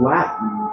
Latin